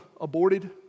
aborted